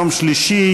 יום שלישי,